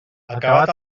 acabat